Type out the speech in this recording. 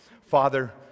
father